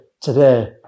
today